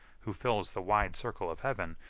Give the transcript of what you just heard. who fills the wide circle of heaven,